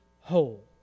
whole